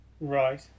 Right